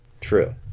True